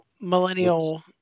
millennial